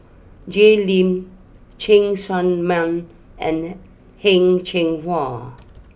Jay Lim Cheng Tsang Man and Heng Cheng Hwa